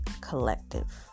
Collective